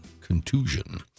contusion